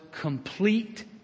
complete